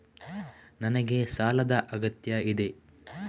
ನನಗೆ ಸಾಲದ ಅಗತ್ಯ ಇದೆ?